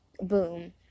Boom